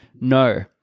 no